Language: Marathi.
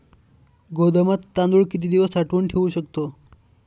गोदामात तांदूळ किती दिवस साठवून ठेवू शकतो?